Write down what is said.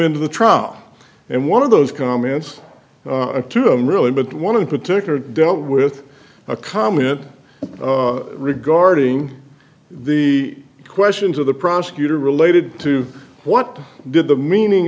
into the trial and one of those comments to them really but one in particular dealt with a comment regarding the questions of the prosecutor related to what did the meaning